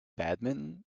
badminton